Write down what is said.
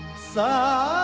sai.